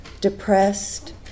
depressed